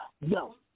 Yo